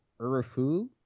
Urufu